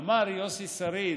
אמר יוסי שריד: